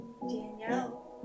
Danielle